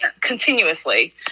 continuously